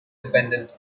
dependent